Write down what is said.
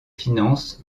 finances